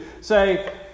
say